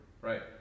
Right